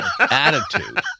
attitude